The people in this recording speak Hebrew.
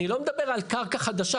אני לא מדבר על קרקע חדשה.